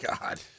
God